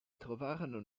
trovarono